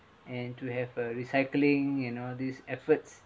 and to have err recycling and all these efforts